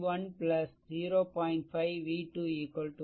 5 v2 1